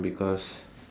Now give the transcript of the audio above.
because